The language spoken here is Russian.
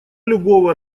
любого